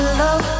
love